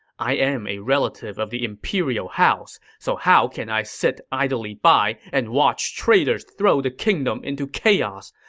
i am a relative of the imperial house. so how can i sit idly by and watch traitors throw the kingdom into chaos?